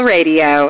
Radio